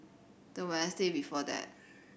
the Wednesday before that